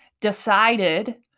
decided